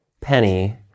Penny